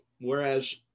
whereas